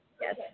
yes